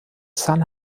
sun